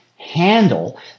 handle